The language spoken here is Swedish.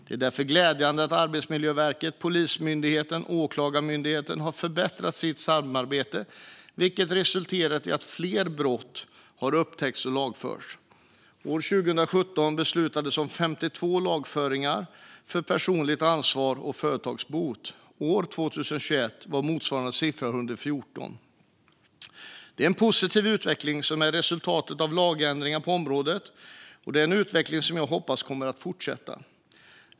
Det är därför glädjande att Arbetsmiljöverket, Polismyndigheten och Åklagarmyndigheten har förbättrat sitt samarbete, vilket resulterat i att fler brott har upptäckts och lett till lagföring. År 2017 beslutades om 52 lagföringar för personligt ansvar och företagsbot. År 2021 var motsvarande siffra 114. Detta är en positiv utveckling som är resultatet av lagändringar på området, och det är en utveckling som jag hoppas kommer att fortsätta.